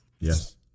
Yes